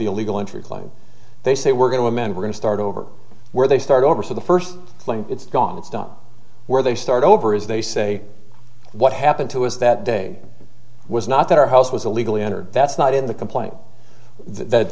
illegal entry claim they say we're going to amend we're going to start over where they start over so the first it's gone it's done where they start over as they say what happened to us that day was not that our house was illegally entered that's not in the complaint